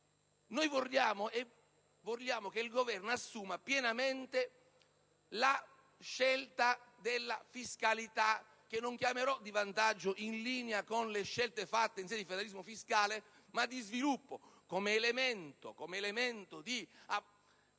Vogliamo che il Governo assuma pienamente la scelta della fiscalità, che non chiamerò di vantaggio in linea con le scelte operate in sede di federalismo fiscale, ma di sviluppo, come elemento di